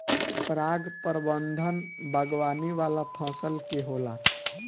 पराग प्रबंधन बागवानी वाला फसल के होला